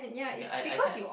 okay I I think I